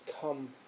come